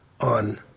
on